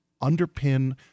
underpin